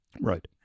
Right